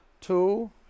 two